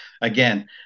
again